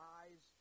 eyes